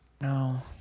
No